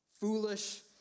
foolish